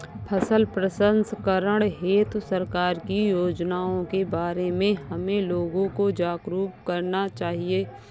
फसल प्रसंस्करण हेतु सरकार की योजनाओं के बारे में हमें लोगों को जागरूक करना चाहिए